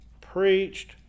preached